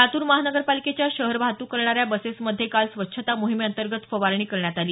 लातूर महानगरपालिकेच्या शहर वाहतूक करणाऱ्या बसेसमध्ये काल स्वच्छता मोहिमेअंतर्गत फवारणी करण्यात आली